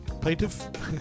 Plaintiff